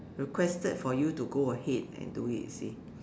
requested for you to go ahead and do it you see